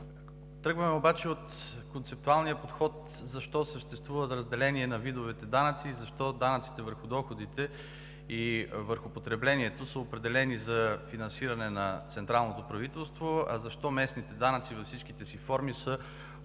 Тръгваме обаче от концептуалния подход защо съществува разделение на видовете данъци и защо данъците върху доходите и върху потреблението са определени за финансиране на централното правителство, а защо местните данъци във всичките си форми са определени